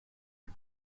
les